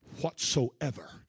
whatsoever